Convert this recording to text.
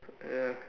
ya